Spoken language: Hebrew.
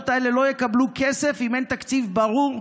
האלה לא יקבלו כסף אם אין תקציב ברור,